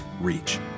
reach